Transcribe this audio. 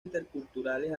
interculturales